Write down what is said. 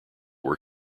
were